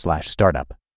startup